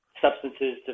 substances